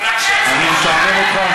רק אני משעמם אותך?